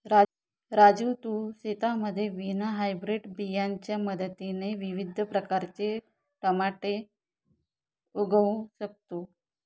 राजू तू तुझ्या शेतामध्ये विना हायब्रीड बियाणांच्या मदतीने विविध प्रकारचे टमाटे उगवू शकतो